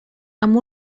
amb